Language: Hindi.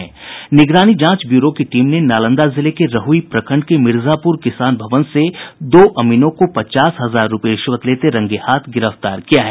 निगरानी जांच ब्यूरो की टीम ने नालंदा जिले के रहुई प्रखंड के मिर्जापुर किसान भवन से दो अमीनों को पचास हजार रूपये रिश्वत लेते रंगेहाथ गिरफ्तार किया है